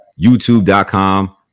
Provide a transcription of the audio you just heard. YouTube.com